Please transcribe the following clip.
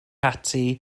ati